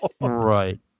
Right